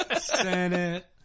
Senate